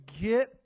get